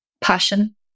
passion